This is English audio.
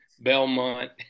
Belmont